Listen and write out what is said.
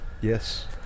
yes